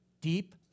Deep